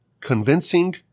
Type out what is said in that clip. convincing